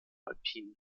alpinen